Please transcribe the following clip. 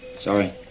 sorry.